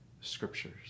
scriptures